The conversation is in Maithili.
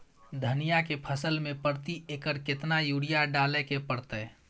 धनिया के फसल मे प्रति एकर केतना यूरिया डालय के परतय?